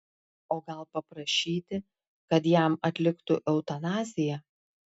o gal paprašyti kad jam atliktų eutanaziją